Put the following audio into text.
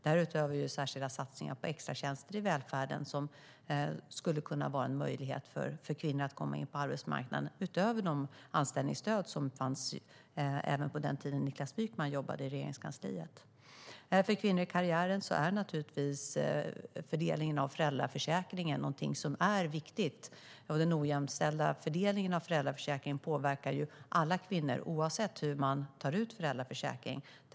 Därutöver gör vi särskilda satsningar på extratjänster i välfärden som skulle kunna vara en möjlighet för kvinnor att komma in på arbetsmarknaden, utöver de anställningsstöd som fanns även på den tiden som Niklas Wykman jobbade i Regeringskansliet. För kvinnor i karriären är naturligtvis fördelningen av föräldraförsäkringen viktig. Den ojämställda fördelningen av föräldraförsäkringen påverkar alla kvinnor, oavsett hur föräldraförsäkringen tas ut.